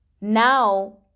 Now